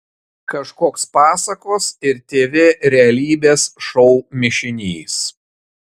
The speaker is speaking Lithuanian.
kažkoks pasakos ir tv realybės šou mišinys